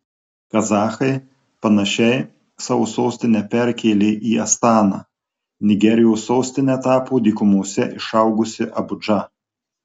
kazachai panašiai savo sostinę perkėlė į astaną nigerijos sostine tapo dykumose išaugusi abudža